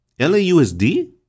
LAUSD